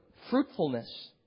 fruitfulness